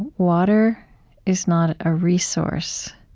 water is not a resource